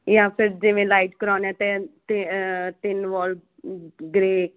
ਜਾਂ ਫਿਰ ਜਿਵੇਂ ਲਾਈਟ ਕਰਵਾਉਂਦੇ ਤਾਂ ਤਾਂ ਤਿੰਨ ਵਾਲ ਗਰੇ